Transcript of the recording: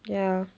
ya